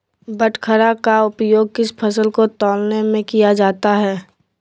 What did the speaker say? बाटखरा का उपयोग किस फसल को तौलने में किया जाता है?